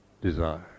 desire